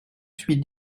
suis